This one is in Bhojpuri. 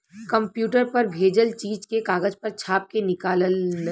कंप्यूटर पर भेजल चीज के कागज पर छाप के निकाल ल